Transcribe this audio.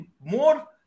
more